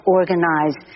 organize